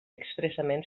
expressament